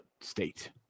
State